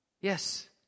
Yes